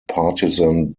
partisan